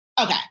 okay